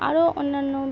আরো অন্যান্য